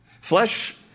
Flesh